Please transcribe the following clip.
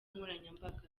nkoranyambaga